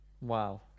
wow